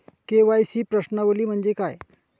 KYC प्रश्नावली म्हणजे काय?